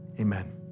amen